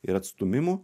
ir atstūmimu